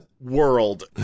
world